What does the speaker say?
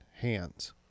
Hands